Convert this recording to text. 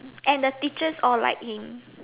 and the teachers all like him